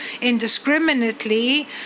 indiscriminately